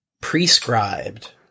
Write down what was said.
prescribed